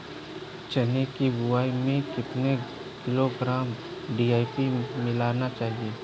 चना की बुवाई में कितनी किलोग्राम डी.ए.पी मिलाना चाहिए?